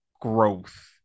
growth